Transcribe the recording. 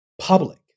public